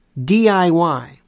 DIY